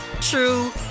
true